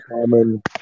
common